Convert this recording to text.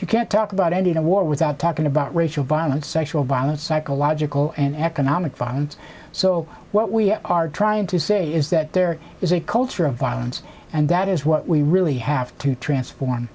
you can't talk about ending a war without talking about racial violence sexual violence psychological and economic violence so what we are trying to say is that there is a culture of violence and that is what we really have to transform